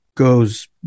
Goes